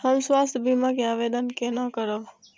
हम स्वास्थ्य बीमा के आवेदन केना करब?